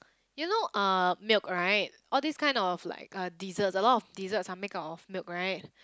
you know uh milk right all these kind of like uh desserts a lot of desserts are make up of milk right